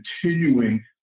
continuing